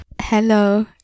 Hello